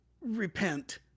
repent